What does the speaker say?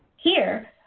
here,